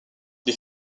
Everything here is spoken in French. les